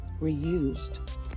reused